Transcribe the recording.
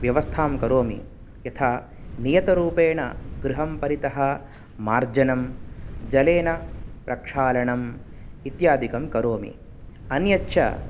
व्यवस्थां करोमि यथा नियतरूपेण गृहं परितः मार्जनं जलेन प्रक्षालणम् इत्यादिकं करोमि अन्यच्च